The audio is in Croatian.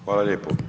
Hvala lijepo.